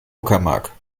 uckermark